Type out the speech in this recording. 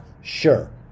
Sure